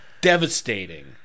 devastating